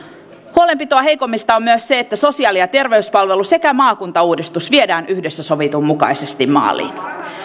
huolenpitoa heikoimmista on myös se että sosiaali ja terveyspalvelu sekä maakuntauudistus viedään yhdessä sovitun mukaisesti maaliin